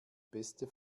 beste